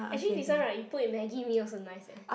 actually this one right you put in maggi mee also nice leh